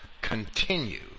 continue